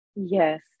Yes